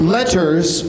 Letters